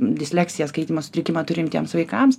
disleksiją skaitymo sutrikimą turintiems vaikams